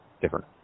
different